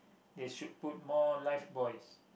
they should put more life buoys